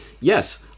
yes